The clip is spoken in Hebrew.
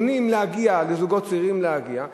מונעות מזוגות צעירים להגיע,